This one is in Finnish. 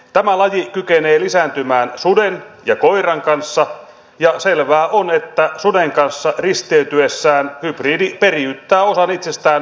tämä laji kykenee lisääntymään suden ja koiran kanssa ja selvää on että suden kanssa risteytyessään hybridi periyttää osan itsestään suden jälkeläisiin